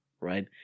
right